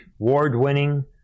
award-winning